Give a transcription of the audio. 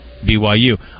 BYU